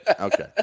Okay